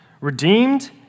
redeemed